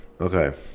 okay